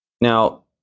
Now